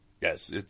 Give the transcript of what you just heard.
Yes